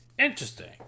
Interesting